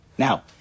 Now